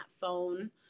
phone